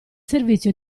servizio